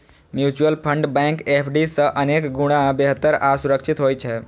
mutual fund bank FD सं अनेक गुणा बेहतर आ सुरक्षित होइ छै